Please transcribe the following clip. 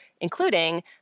including